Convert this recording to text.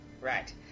right